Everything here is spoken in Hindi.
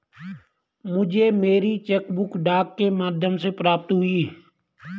मुझे मेरी चेक बुक डाक के माध्यम से प्राप्त हुई है